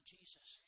Jesus